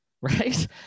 Right